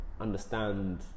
understand